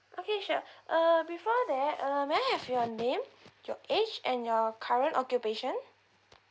okay sure uh before that uh may I have your name your age and your current occupation